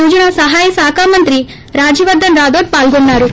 యువజన సహాయక శాఖ మంత్రి రాజ్యవర్గన్ రాఠోర్ పాల్గొన్నారు